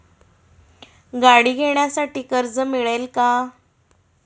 गाडी घेण्यासाठी कर्ज मिळेल का?